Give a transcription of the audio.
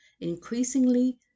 increasingly